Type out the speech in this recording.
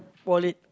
wallet